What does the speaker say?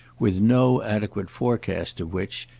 with no adequate forecast of which,